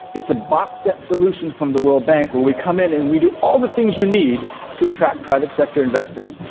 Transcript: it's a box-set solution from the world bank where we come in and we do all the things you need to attract private-sector investors.